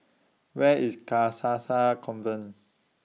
Where IS Convent